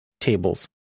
tables